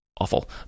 Awful